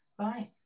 Right